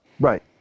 Right